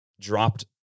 dropped